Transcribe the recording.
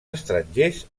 estrangers